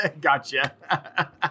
Gotcha